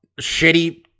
shitty –